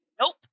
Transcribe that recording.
nope